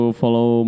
follow